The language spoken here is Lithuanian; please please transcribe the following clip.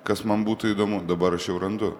kas man būtų įdomu dabar aš jau randu